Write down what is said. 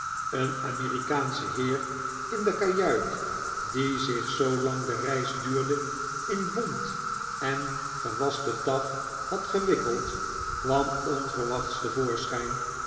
een amerikaansche heer in de kajuit die zich zoolang de reis duurde in bont en gewaste taf had gewikkeld kwam onverwachts